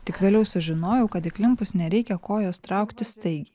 tik vėliau sužinojau kad įklimpus nereikia kojos traukti staigiai